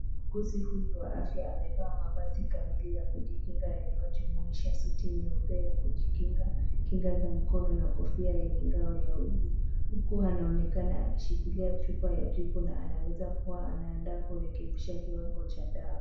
Muuguzi huyu wa afya amevaa mavazi kamili ya kujikinga yanayojumuisha suti nyeupe ya kujikinga, kinga za mkono na kofia yenye ngao ya mwili huku anaonekana akishikilia chupa ya drip na anaweza kuwa anaandaa kurekebisha kiwango cha dawa.